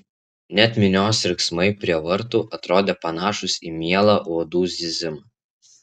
net minios riksmai prie vartų atrodė panašūs į mielą uodų zyzimą